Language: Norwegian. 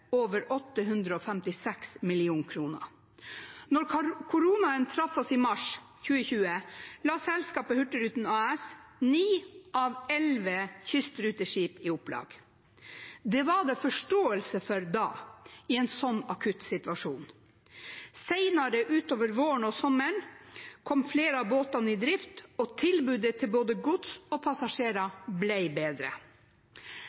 over 856 mill. kr. Da koronaen traff oss i mars 2020, la selskapet Hurtigruten AS ni av elleve kystruteskip i opplag. Det var det forståelse for da, i en sånn akutt situasjon. Senere utover våren og sommeren kom flere av båtene i drift, og tilbudet til både gods og